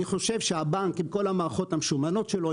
אני חושב שהבנק עם כל המערכות המשומנות שלו,